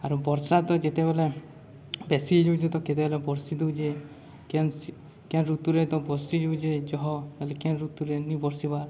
ଆରୁ ବର୍ଷା ତ ଯେତେବେଳେ ବେଶୀ ହେଇଯାଉଛେ ତ କେତେବେଳେ ବର୍ଷି ଦଉଛେ କେନ୍ ସି କେନ୍ ଋତୁରେ ତ ବସିି ଯଉଛେ ଜହ ତା'ହେଲେ କେନ୍ ଋତୁରେ ନି ବର୍ଷିବାର୍